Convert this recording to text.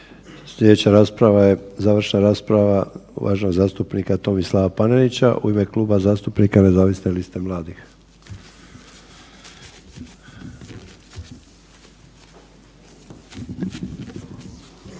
Slijedeća rasprava je završna rasprava uvaženog zastupnika Tomislava Panenića u ime Kluba zastupnika Nezavisne liste mladih.